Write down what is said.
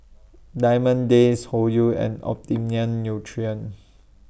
Diamond Days Hoyu and Optimum Nutrition